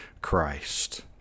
Christ